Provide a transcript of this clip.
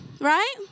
right